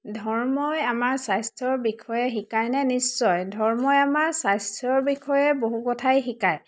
ধৰ্মই আমাৰ স্বাস্থ্যৰ বিষয়ে শিকাই নে নিশ্চয় ধৰ্মই আমাৰ স্বাস্থ্যৰ বিষয়ে বহু কথাই শিকায়